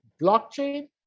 Blockchain